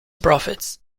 profits